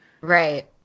Right